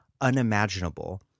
unimaginable